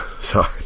sorry